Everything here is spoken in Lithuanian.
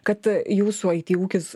kad jūsų it ūkis